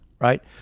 Right